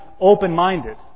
open-minded